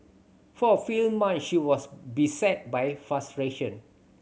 for a few months she was beset by frustration